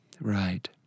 Right